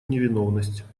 невиновность